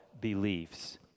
beliefs